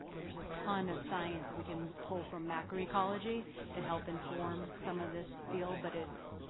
there's a ton of science that we can pull from macro-ecology and help inform some of this field, but it's.